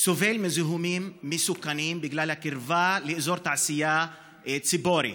סובל מזיהומים מסוכנים בגלל הקרבה לאזור התעשייה ציפורי.